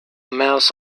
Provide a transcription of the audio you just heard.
mouse